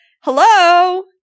hello